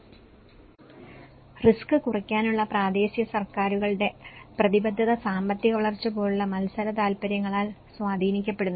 risk കുറയ്ക്കാനുള്ള പ്രാദേശിക സർക്കാരുകളുടെ പ്രതിബദ്ധത സാമ്പത്തിക വളർച്ച പോലുള്ള മത്സര താൽപ്പര്യങ്ങളാൽ സ്വാധീനിക്കപ്പെടുന്നു